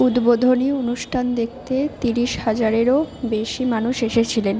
উদ্বোধনী অনুষ্ঠান দেখতে তিরিশ হাজারেরও বেশি মানুষ এসেছিলেন